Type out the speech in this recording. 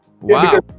Wow